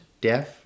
deaf